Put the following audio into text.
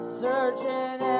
searching